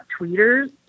tweeters